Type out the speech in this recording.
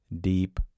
deep